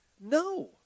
No